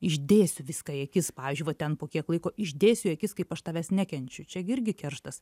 išdėsiu viską į akis pavyzdžiui va ten po kiek laiko išdėsiu į akis kaip aš tavęs nekenčiu čia irgi kerštas